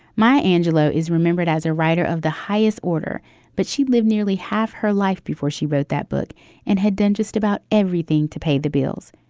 maya angelou is remembered as a writer of the highest order but she lived nearly half her life before she wrote that book and had done just about everything to pay the bills.